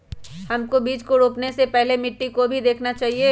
हमको बीज को रोपने से पहले मिट्टी को भी देखना चाहिए?